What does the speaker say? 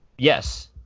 yes